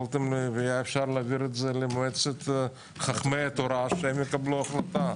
יכולתם ישר להעביר את זה למועצת חכמי התורה שהם יקבלו החלטה.